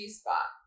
spot